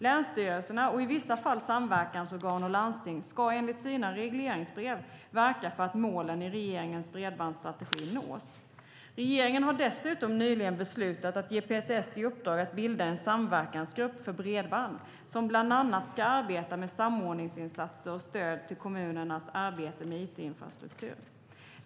Länsstyrelserna, och i vissa fall samverkansorgan och landsting, ska enligt sina regleringsbrev verka för att målen i regeringens bredbandsstrategi nås. Regeringen har dessutom nyligen beslutat att ge PTS i uppdrag att bilda en samverkansgrupp för bredband som bland annat ska arbeta med samordningsinsatser och stöd till kommunernas arbete med it-infrastruktur.